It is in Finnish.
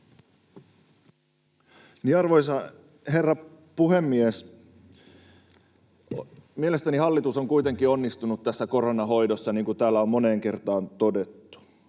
Arvoisa herra puhemies! Mielestäni hallitus on kuitenkin onnistunut tässä koronan hoidossa, niin kuin täällä on moneen kertaan todettu.